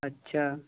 अच्छा